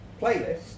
Playlist